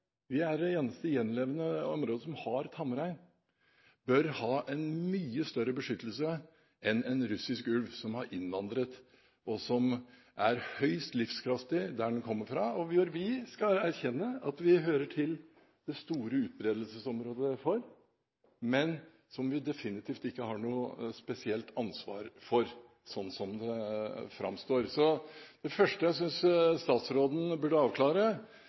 vi er det eneste gjenlevende området som har tamrein – bør ha en mye større beskyttelse enn en russisk ulv som har innvandret, og som er høyst livskraftig der den kommer fra, og hvor vi skal erkjenne at vi hører til det store utbredelsesområdet for, men som vi definitivt ikke har noe spesielt ansvar for, sånn som det framstår. Det første jeg synes statsråden burde avklare,